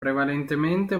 prevalentemente